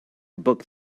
book